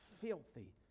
filthy